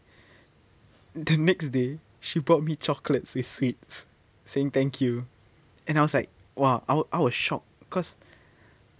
the next day she brought me chocolates and sweets saying thank you and I was like !wah! I wa~ I was shocked cause